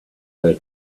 her